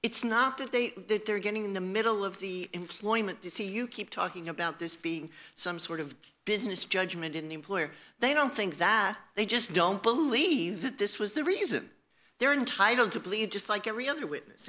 it's not that they that they're getting in the middle of the employment to see you keep talking about this being some sort of business judgment in the employer they don't think that they just don't believe that this was the reason they're entitled to believe just like every other witness